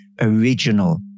original